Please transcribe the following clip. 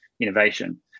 innovation